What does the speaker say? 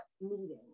meeting